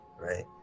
Right